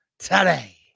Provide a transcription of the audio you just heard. today